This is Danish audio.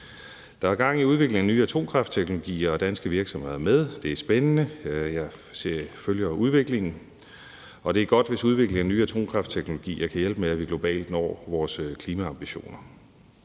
Der er gang i at udvikle nye atomkraftteknologier, og danske virksomheder er med. Det er spændende. Jeg følger udviklingen, og det er godt, hvis udviklingen af ny atomkraftteknologi kan hjælpe med, at vi globalt når vores klimaambitioner.